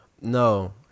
No